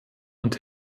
und